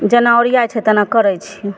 जेना ओरियाइ छै तेना करय छी